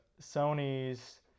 Sony's